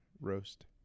roast